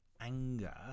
anger